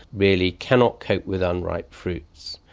really cannot cope with unripe fruits.